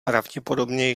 pravděpodobně